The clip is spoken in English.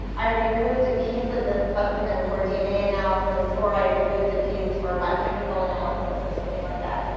i removed a piece of this specimen for dna analysis, or i removed a piece for biochemical analysis, or something like that.